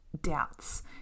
doubts